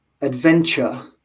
adventure